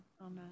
amen